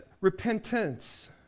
repentance